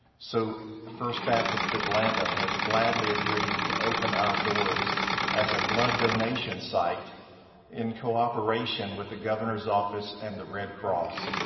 so first baptist atlanta has gladly agreed to open our doors as a blood donation site in cooperation with the governor's office and the red cross.